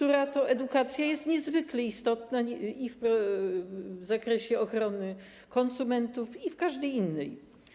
która to edukacja jest niezwykle istotna w zakresie ochrony konsumentów i każdej innej?